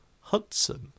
Hudson